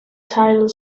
title